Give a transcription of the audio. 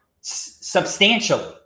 substantially